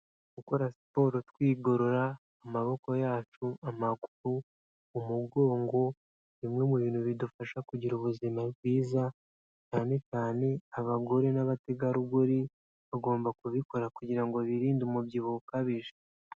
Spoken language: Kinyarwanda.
Gukora siporo twigorora amaboko yacu, amaguru, umugongo, bimwe mu bintu bidufasha kugira ubuzima bwiza cyane cyane abagore n'abategarugori bagomba kubikora kugira ngo birinde umubyibuho ukabije.